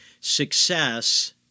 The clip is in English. Success